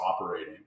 operating